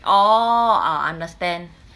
orh oh understand